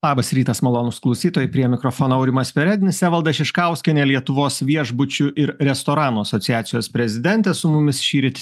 labas rytas malonūs klausytojai prie mikrofono aurimas perednis evalda šiškauskienė lietuvos viešbučių ir restoranų asociacijos prezidentė su mumis šįryt